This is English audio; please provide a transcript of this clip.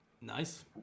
Nice